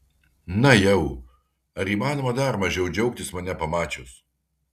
na jau ar įmanoma dar mažiau džiaugtis mane pamačius